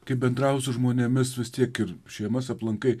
kai bendrauji su žmonėmis vis tiek ir šeimas aplankai